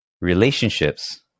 Relationships